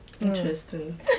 interesting